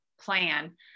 plan